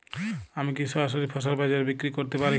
আমি কি সরাসরি ফসল বাজারে বিক্রি করতে পারি?